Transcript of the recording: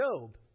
Job